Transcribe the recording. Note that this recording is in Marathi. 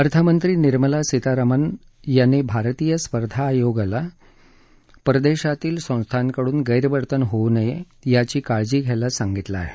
अर्थमंत्री निर्मला सीतारमण यांनी भारतीय स्पर्धा आयोगाला परदेशातील संस्थांकडून गैरवर्तन होऊ नये याची काळजी घ्यायला सांगितलं आहे